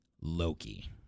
Loki